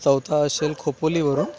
चौथा असेल खोपोलीवरून